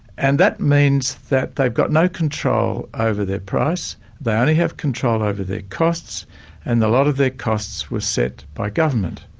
and that means that they've got no control over their price they only have control over their costs and a lot of their costs were set by government.